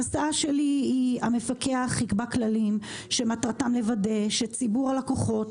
ההצעה שלי היא שהמפקח יקבע כללים שמטרתם לוודא שציבור הלקוחות,